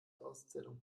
auszählung